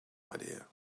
idea